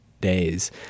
days